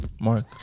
mark